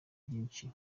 byinshi